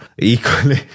equally